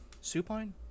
supine